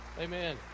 Amen